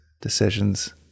decisions